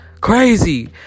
crazy